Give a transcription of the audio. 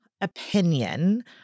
opinion